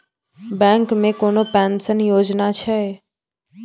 Bank मे कोनो pension योजना छै?